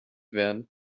werden